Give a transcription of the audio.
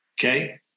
okay